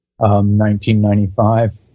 1995